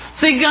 see